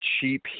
cheap